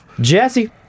Jesse